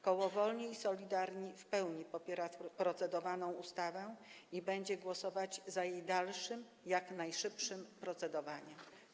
Koło Wolni i Solidarni w pełni popiera procedowaną ustawę i będzie głosować za dalszym, jak najszybszym procedowaniem nad nią.